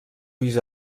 ulls